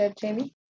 Jamie